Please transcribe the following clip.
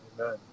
Amen